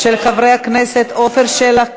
של חברי הכנסת עפר שלח,